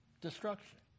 destruction